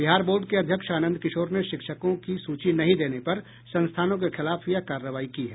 Bihar board के अध्यक्ष आनंद किशोर ने शिक्षकों की सूची नहीं देने पर संस्थानों के खिलाफ यह कार्रवाई की है